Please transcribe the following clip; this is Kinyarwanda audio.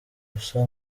usa